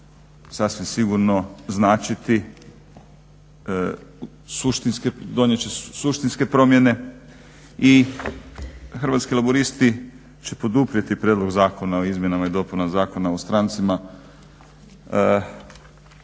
suštinske, donijet će suštinske promjene i Hrvatski laburisti će poduprijeti prijedlog Zakona o izmjenama i dopunama Zakona o strancima.